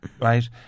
Right